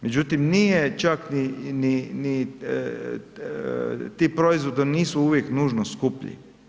Međutim, nije čak ni ti proizvodi nisu uvijek nužno skuplji.